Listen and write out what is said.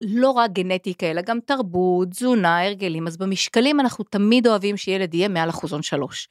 לא רק גנטיקה, אלא גם תרבות, תזונה, הרגלים, אז במשקלים אנחנו תמיד אוהבים שילד יהיה מעל אחוזון 3.